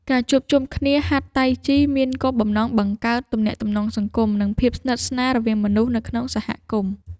ការជួបជុំគ្នាហាត់តៃជីមានគោលបំណងបង្កើតទំនាក់ទំនងសង្គម និងភាពស្និទ្ធស្នាលរវាងមនុស្សនៅក្នុងសហគមន៍។